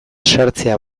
sartzea